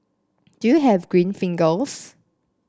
do you have green fingers